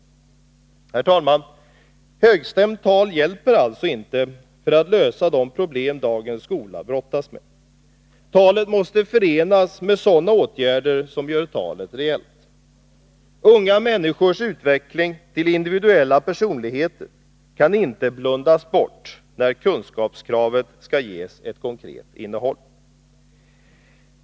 Herr talman! Högstämt tal hjälper alltså inte för att lösa de problem dagens skola brottas med. Talet måste förenas med sådana åtgärder som gör talet reellt. Unga människors utveckling till individuella personligheter kan inte blundas bort när kunskapskravet skall ges ett konkret innehåll.